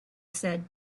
said